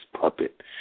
puppet